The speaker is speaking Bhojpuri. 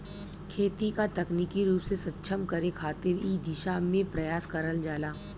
खेती क तकनीकी रूप से सक्षम करे खातिर इ दिशा में प्रयास करल जाला